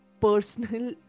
personal